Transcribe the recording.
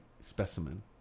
specimen